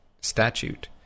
statute